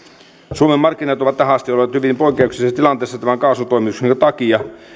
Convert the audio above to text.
suomen markkinat ovat tähän asti olleet hyvin poikkeuksellisessa tilanteessa tämän kaasuntoimituksen takia